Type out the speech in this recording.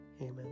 Amen